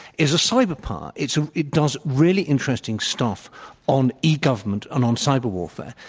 is a cyber power. it so it does really interesting stuff on e government and on cyber warfare.